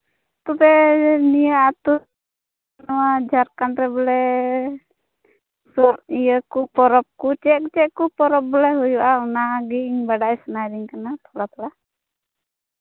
ᱛᱚᱵᱮ ᱱᱤᱭᱟᱹ ᱟᱛᱩ ᱱᱚᱣᱟ ᱡᱷᱟᱨᱠᱷᱚᱸᱰ ᱨᱮ ᱵᱚᱞᱮ ᱤᱭᱟᱹ ᱠᱚ ᱯᱚᱨᱚᱵᱽ ᱠᱚ ᱪᱮᱫ ᱪᱮᱫ ᱠᱚ ᱯᱚᱨᱚᱵᱽ ᱵᱚᱞᱮ ᱦᱩᱭᱩᱜᱼᱟ ᱚᱱᱟ ᱜᱮ ᱤᱧ ᱵᱟᱰᱟᱭ ᱥᱟᱱᱟᱭᱤᱫᱤᱧ ᱠᱟᱱᱟ ᱛᱷᱚᱲᱟ ᱛᱷᱚᱲᱟ